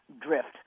drift